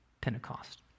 Pentecost